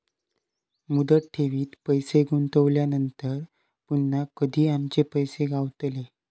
मुदत ठेवीत पैसे गुंतवल्यानंतर पुन्हा कधी आमचे पैसे गावतले?